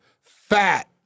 Fat